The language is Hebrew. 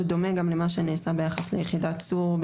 שהוא דומה גם למה שנעשה ביחס ליחידת צור,